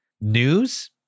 news